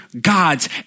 gods